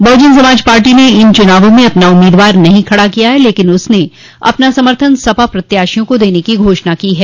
बहुजन Samaj party ने इन चुनावों में अपना उम्मीदवार नहीं खड़ा किया है लेकिन उसने अपना समर्थन सपा प्रत्याशियों को देने की घोषणा की है